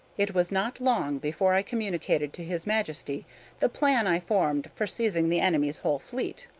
it was not long before i communicated to his majesty the plan i formed for seizing the enemy's whole fleet.